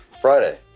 Friday